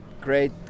great